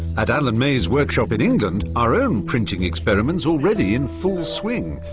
at alan may's workshop in england, our own printing experiment's already in full swing.